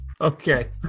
Okay